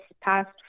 past